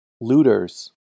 Looters